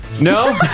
No